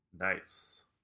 Nice